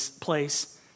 place